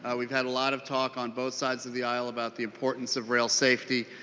ah we've had a lot of talk on both sides of the aisle about the importance of rail safety.